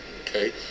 okay